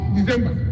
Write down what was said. December